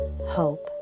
hope